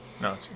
No